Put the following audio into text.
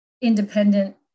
independent